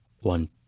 One